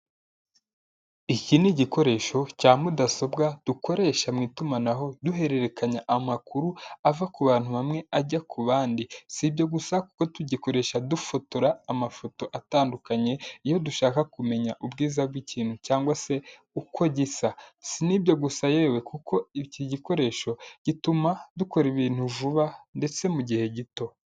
Iki ni igikoresho cya mudasobwa dukoresha mu itumanaho duhererekanya amakuru ava ku bantu bamwe ajya kubandi, si ibyo gusa kuko tugikoresha dufotora amafoto atandukanye iyo dushaka kumenya ubwiza bw'ikintu cyangwa se uko gisa, si n'ibyo gusa yewe kuko iki gikoresho gituma dukora ibintu vuba ndetse mu gihe gito.